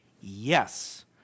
Yes